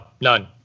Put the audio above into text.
none